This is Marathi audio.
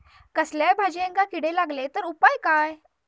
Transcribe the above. कसल्याय भाजायेंका किडे लागले तर उपाय काय?